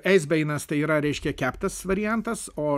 eisbeinas tai yra reiškia keptas variantas o